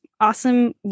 awesome